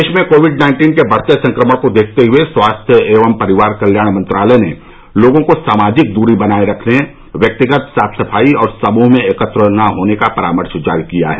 देश में COVID nineteen के बढ़ते संक्रमण को देखते हुए स्वास्थ्य एवं परिवार कल्याण मंत्रालय ने लोगों को सामाजिक दूरी बनाए रखने व्यक्तिगत साफ सफाई और समूह में एकत्र न होने का परामर्श जारी किया है